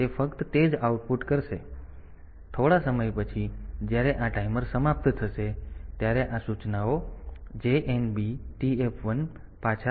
તેથી થોડા સમય પછી જ્યારે આ ટાઈમર સમાપ્ત થશે ત્યારે આ સૂચનાઓ JNB TF1 પાછા